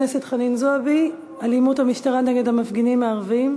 בנושא: אלימות המשטרה נגד המפגינים הערבים,